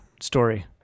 story